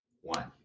One